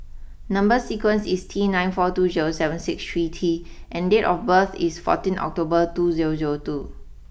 number sequence is T nine four two zero seven six three T and date of birth is fourteen October two zero zero two